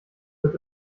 wird